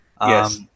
Yes